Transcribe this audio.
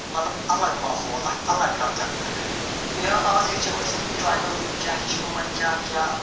مطلب الگ ماحول اکھ الگ کلچر یا اَز ہیٚچھو أسۍ یِم ٹرٛیبل لُکھ کیٛاہ چھِ یِمن کیٛاہ کیٛاہ